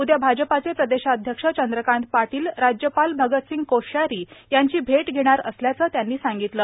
उदया भाजपाचे प्रदेशाध्यक्ष चंद्रकांत पाटील राज्यपाल भगतसिंग कोश्यारी यांची भेट घेणार असल्याचं त्यांनी सांगितलं